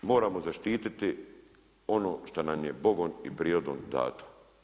Moramo zaštititi ono što nam je Bogom i prirodom dato.